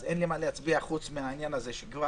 אז אין לי מה להצביע חוץ מהעניין הזה --- רגע.